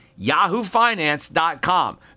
yahoofinance.com